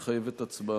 מחייבת הצבעה.